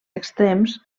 extrems